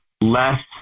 less